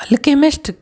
alchemist